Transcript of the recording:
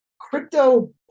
crypto